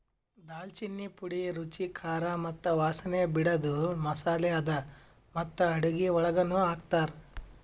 ದಾಲ್ಚಿನ್ನಿ ಪುಡಿ ರುಚಿ, ಖಾರ ಮತ್ತ ವಾಸನೆ ಬಿಡದು ಮಸಾಲೆ ಅದಾ ಮತ್ತ ಅಡುಗಿ ಒಳಗನು ಹಾಕ್ತಾರ್